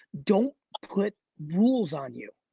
don't put rules on you.